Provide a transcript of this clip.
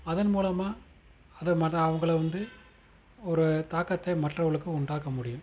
அதன் மூலமாக அதை மற்ற அவங்களை வந்து ஒரு தாக்கத்தை மற்றவர்களுக்கும் உண்டாக்க முடியும்